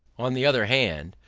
on the other hand,